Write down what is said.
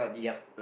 yep